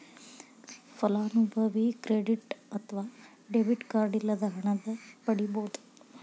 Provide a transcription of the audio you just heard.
ಫಲಾನುಭವಿ ಕ್ರೆಡಿಟ್ ಅತ್ವ debit card ಇಲ್ಲದ ಹಣನ ಪಡಿಬೋದ್